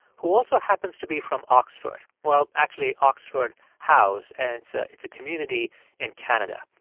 who also happens to be from oxford well, actually, oxford house. and so it's a community in canada.